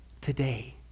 today